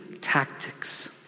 tactics